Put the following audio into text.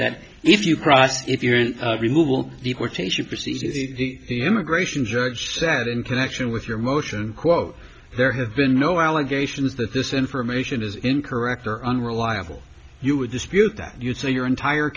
that if you cross if you're in removal deportation proceedings the immigration judge said in connection with your motion quote there have been no allegations that this information is incorrect or unreliable you would dispute that you say your entire